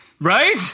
Right